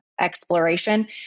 exploration